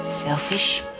Selfish